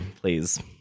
please